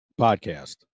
podcast